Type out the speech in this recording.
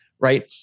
right